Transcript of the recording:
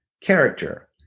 character